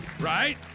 Right